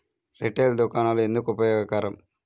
Retail దుకాణాలు ఎందుకు ఉపయోగకరం?